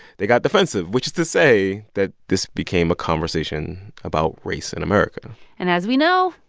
they got defensive, which is to say that this became a conversation about race in america and as we know,